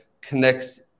connects